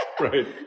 Right